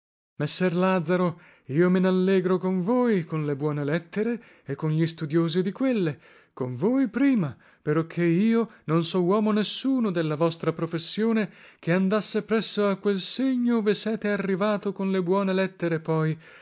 lazaro io me nallegro con voi con le buone lettere e con gli studiosi di quelle con voi prima peroché io non so uomo nessuno della vostra professione che andasse presso a quel segno ove sete arrivato con le buone lettere poi